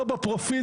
לא בפרופיל,